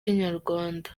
inyarwanda